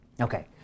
Okay